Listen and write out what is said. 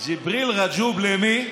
ג'יבריל רג'וב, למי?